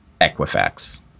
Equifax